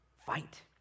Fight